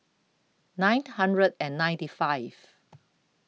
nine hundred and ninety five